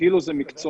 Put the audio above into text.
כאילו זה מקצועני,